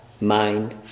mind